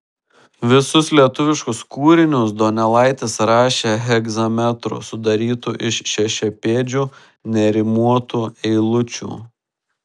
visus lietuviškus kūrinius donelaitis rašė hegzametru sudarytu iš šešiapėdžių nerimuotų eilučių